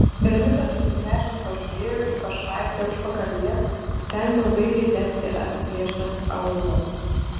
berniukas atsigręžęs pažiūrėjo į pašvaistę užpakalyje ten kur baigė degti apiplėštas aūlas